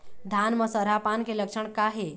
धान म सरहा पान के लक्षण का हे?